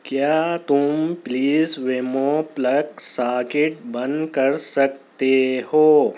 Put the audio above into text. کیا تم پلیز ویمو پلگ ساکیٹ بند کر سکتے ہو